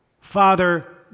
Father